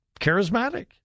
charismatic